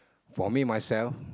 for me myself